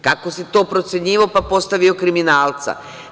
Kako si to procenjivao, pa postavio kriminalca?